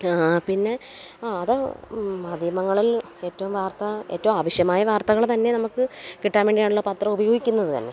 പിന്നെ അത് മാധ്യമങ്ങളിൽ ഏറ്റവും വാർത്ത ഏറ്റവും ആവശ്യമായ വാർത്തകൾ തന്നെ നമുക്ക് കിട്ടാൻ വേണ്ടിയാണല്ലോ പത്രം ഉപയോഗിക്കുന്നത് തന്നെ